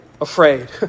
afraid